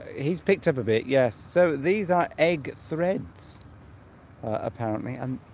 he's picked up a bit yes so these are egg threads apparently and